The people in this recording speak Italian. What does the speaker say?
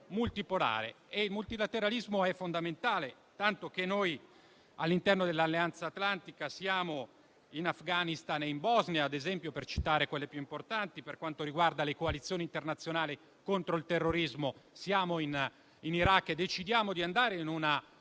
Il multilateralismo è fondamentale, tanto che noi all'interno dell'Alleanza atlantica siamo in Afghanistan e in Bosnia, ad esempio, per citare quelle più importanti; per quanto riguarda le coalizioni internazionali contro il terrorismo siamo in Iraq e decidiamo di andare in